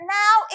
now